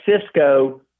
Cisco